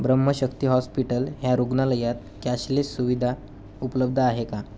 Brahmashakti hospital ह्या रुग्णालयात cashless सुविधा उपलब्ध आहे का